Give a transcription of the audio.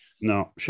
No